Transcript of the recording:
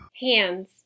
Hands